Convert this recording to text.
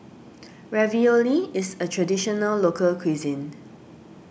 Ravioli is a Traditional Local Cuisine